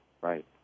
right